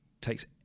takes